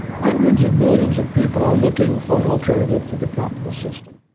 hundreds of millions of people are looking for an alternative to the capitalist system.